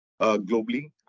globally